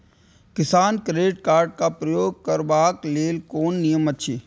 किसान credit card क प्रयोग करबाक लेल कोन नियम अछि?